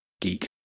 geek